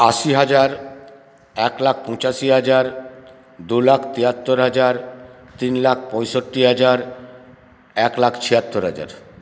আশি হাজার এক লাখ পঁচাশি হাজার দু লাখ তিয়াত্তর হাজার তিন লাখ পয়ষট্টি হাজার এক লাখ ছিয়াত্তর হাজার